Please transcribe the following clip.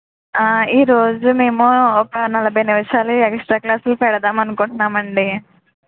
ఈరోజు మేము ఒక నలభై నిమిషాలు ఎగస్ట్రా క్లాసులు పెడదాం అనుకుంటున్నాం అండి